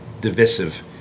divisive